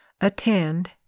Attend